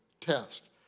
test